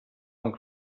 amb